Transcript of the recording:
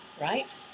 right